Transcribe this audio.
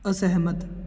ਅਸਹਿਮਤ